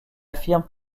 affirme